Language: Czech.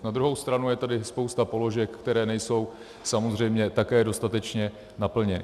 Na druhou stranu je tady spousta položek, které nejsou samozřejmě také dostatečně naplněny.